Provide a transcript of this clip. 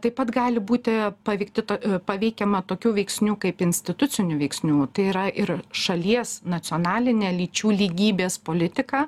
taip pat gali būti paveikti to paveikiama tokių veiksnių kaip institucinių veiksnių tai yra ir šalies nacionalinė lyčių lygybės politika